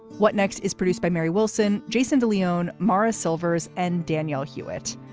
what next? is produced by mary wilson. jason de leon morris silvers and danielle hewitt.